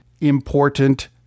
important